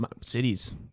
cities